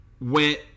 went